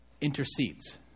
intercedes